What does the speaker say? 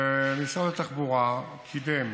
ומשרד התחבורה קידם